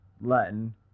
latin